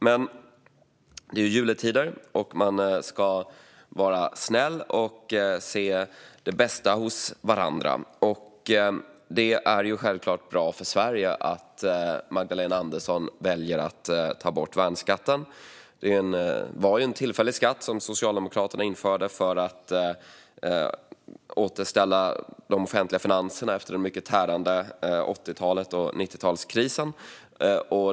Men det är ju juletider, och man ska vara snäll och se det bästa hos varandra. Det är självklart bra för Sverige att Magdalena Andersson väljer att ta bort värnskatten. Det var en tillfällig skatt som Socialdemokraterna införde för att återställa de offentliga finanserna efter det mycket tärande 80talet och 90-talskrisen.